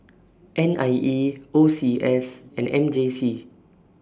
N I E O C S and M J C